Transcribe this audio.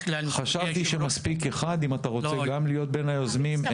חשבתי שמספיק אחד אבל אם אתה רוצה גם אז אין בעיה.